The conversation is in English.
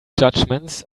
judgements